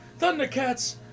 Thundercats